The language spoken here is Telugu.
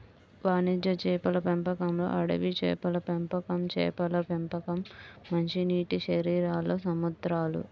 వాణిజ్య చేపల పెంపకంలోఅడవి చేపల పెంపకంచేపల పెంపకం, మంచినీటిశరీరాల్లో సముద్రాలు